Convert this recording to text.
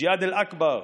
ג'יהאד אל-אכבר,